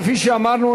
כפי שאמרנו,